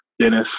Dennis